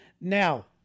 Now